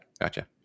Gotcha